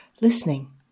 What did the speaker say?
listening